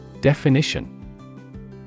Definition